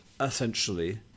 essentially